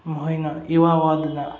ꯃꯈꯣꯏꯅ ꯏꯋꯥ ꯋꯥꯗꯅ